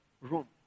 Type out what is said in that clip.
room